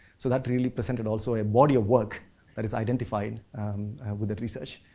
so, that really presented also a body of work that is identified with that research.